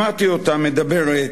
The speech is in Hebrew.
שמעתי אותה מדברת